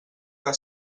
que